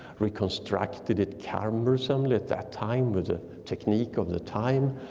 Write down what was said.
reconstructed it cumbersomely at that time with a technique of the time,